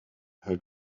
her